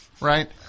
right